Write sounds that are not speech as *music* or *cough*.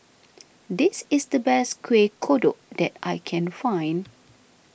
*noise* this is the best Kuih Kodok that I can find